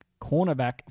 cornerback